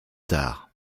tard